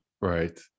Right